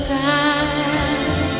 time